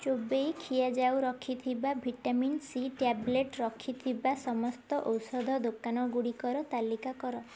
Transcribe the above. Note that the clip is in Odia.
ଚୋବେଇ ଖିଆଯାଉରଖିଥିବା ଭିଟାମିନ୍ ସି ଟାବ୍ଲେଟ୍ ରଖିଥିବା ସମସ୍ତ ଔଷଧ ଦୋକାନ ଗୁଡ଼ିକର ତାଲିକା କର